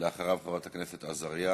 לאחריו, חברת הכנסת עזריה,